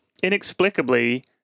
inexplicably